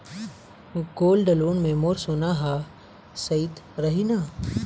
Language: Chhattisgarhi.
गोल्ड लोन मे मोर सोना हा सइत रही न?